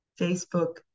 Facebook